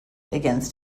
against